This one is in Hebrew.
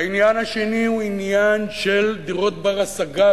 העניין השני הוא עניין של דיור בר-השגה,